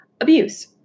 abuse